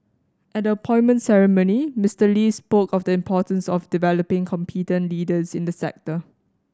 at the appointment ceremony Mister Lee spoke of the importance of developing competent leaders in the sector